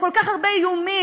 וכל כך הרבה איומים,